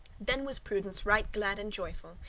then was prudence right glad and joyful,